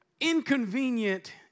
inconvenient